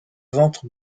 ventre